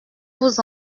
vous